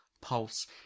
pulse